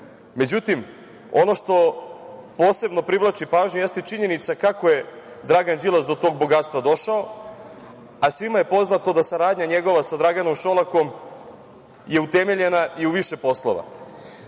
je istina. Ono što posebno privlači pažnju jeste činjenica kako je Dragan Đilas do tog bogatstva došao, a svima je poznato da njegova saradnja sa Draganom Šolakom je utemeljena i u više poslova.